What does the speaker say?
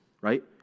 right